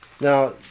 now